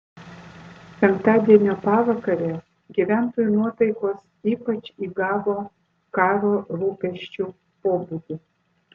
penktadienio pavakare gyventojų nuotaikos ypač įgavo karo rūpesčių pobūdį